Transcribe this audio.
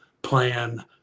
Plan